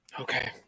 Okay